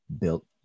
built